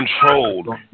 controlled